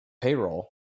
payroll